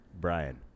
brian